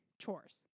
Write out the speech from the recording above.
chores